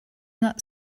not